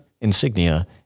insignia